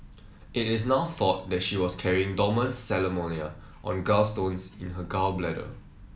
it is now thought that she was carrying dormant salmonella on gallstones in her gall bladder